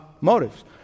motives